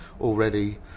already